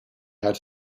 had